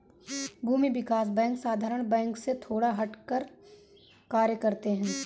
भूमि विकास बैंक साधारण बैंक से थोड़ा हटकर कार्य करते है